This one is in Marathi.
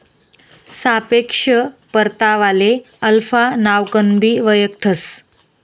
सापेक्ष परतावाले अल्फा नावकनबी वयखतंस